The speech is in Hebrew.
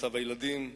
מצב הילדים,